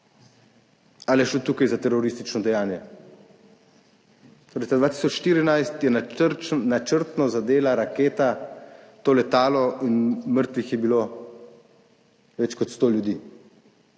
Ali je šlo tukaj za teroristično dejanje? Torej. Leta 2014 je načrtno zadela raketa to letalo in mrtvih je bilo več kot sto ljudi.